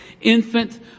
infant